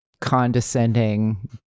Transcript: condescending